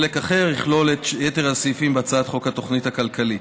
וחלק אחר יכלול את יתר הסעיפים בהצעת חוק התוכנית הכלכלית.